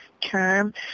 term